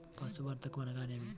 పశుసంవర్ధకం అనగా ఏమి?